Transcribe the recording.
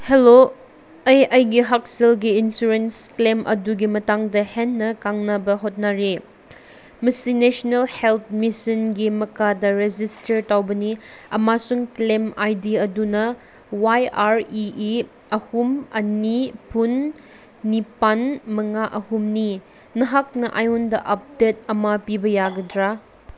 hello ꯑꯩ ꯑꯩꯒꯤ ꯍꯛꯁꯦꯜꯒꯤ ꯏꯟꯁꯨꯔꯦꯟꯁ ꯀ꯭ꯂꯦꯝ ꯑꯗꯨꯒꯤ ꯃꯇꯥꯡꯗ ꯍꯦꯟꯅ ꯈꯪꯅꯕ ꯍꯣꯠꯅꯔꯤ ꯃꯁꯤ ꯅꯦꯁꯅꯦꯜ ꯍꯦꯜꯠ ꯃꯤꯁꯟꯒꯤ ꯃꯈꯥꯗ ꯔꯦꯖꯤꯁꯇꯔ ꯇꯧꯕꯅꯤ ꯑꯃꯁꯨꯡ ꯀ꯭ꯂꯦꯝ ꯑꯥꯏ ꯗꯤ ꯑꯗꯨꯅ ꯋꯥꯏ ꯑꯥꯔ ꯏ ꯏ ꯑꯍꯨꯝ ꯑꯅꯤ ꯐꯨꯟ ꯅꯤꯄꯥꯟ ꯃꯉꯥ ꯑꯍꯨꯝꯅꯤ ꯅꯍꯥꯛꯅ ꯑꯩꯉꯣꯟꯗ ꯑꯞꯗꯦꯠ ꯑꯃ ꯄꯤꯕ ꯌꯥꯒꯗ꯭ꯔꯥ